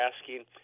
asking